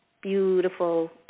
beautiful